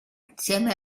insieme